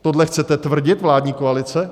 Tohle chcete tvrdit, vládní koalice?